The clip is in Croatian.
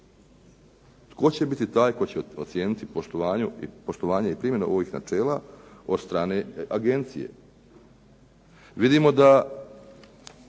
Tko će biti taj tko će procijeniti poslovanje i primjenu ovih načela od strane agencije. Vidimo da